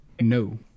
No